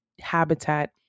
habitat